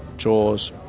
jaws,